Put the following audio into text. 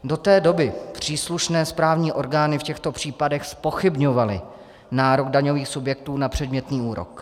Do té doby příslušné správní orgány v těchto případech zpochybňovaly nárok daňových subjektů na předmětný úrok.